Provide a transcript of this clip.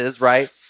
right